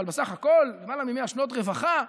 אבל בסך הכול למעלה מ-100 שנות רווחה,